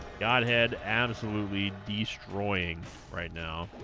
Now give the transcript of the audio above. godhead absolutely destroying right now